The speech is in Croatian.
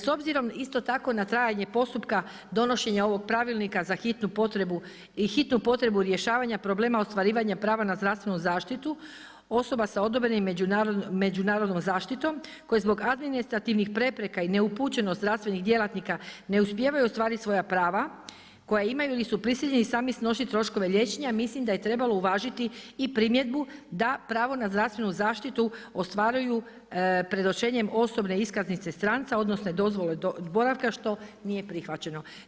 S obzirom, isto tako na trajanje postupka donošenje ovog pravilnika za hitnu potrebu i hitnu potrebnu rješavanja problema ostvarivanja prava na zdravstvenu zaštitu, osobe sa odobrenim međunarodnom zaštitimo koji zbog administrativnih prepreka i neupućenost zdravstvenih djelatnika ne uspijevaju ostvariti svoja prava, koja imaju ili su prisiljeni sami snositi troškove liječenja, mislim da je trebalo uvažiti i primjedbu da pravo na zdravstvenu zaštitu ostvaruju predočenjem osobne iskaznice, stranca, odnosno dozvole boravka što nije prihvaćeno.